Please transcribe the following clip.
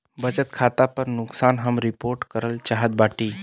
बचत खाता पर नुकसान हम रिपोर्ट करल चाहत बाटी